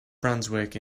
brunswick